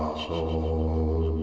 so whole,